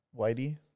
Whitey